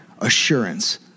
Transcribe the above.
assurance